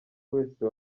wese